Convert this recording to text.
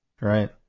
Right